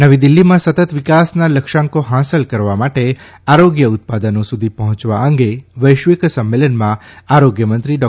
નવી દીલ્ફીમાં સતત વિકાસના લક્ષ્યાંકો હાંસલ કરવા માટે આરોગ્ય ઉત્પાદનો સુધી પહોંચવા અંગે વૈશ્વિક સંમેલનમાં આરોગ્યમંત્રી ડૉ